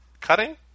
Cutting